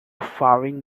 faring